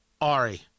Ari